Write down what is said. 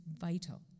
vital